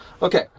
Okay